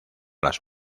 las